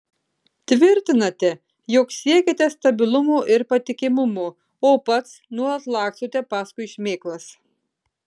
tvirtinate jog siekiate stabilumo ir patikimumo o pats nuolat lakstote paskui šmėklas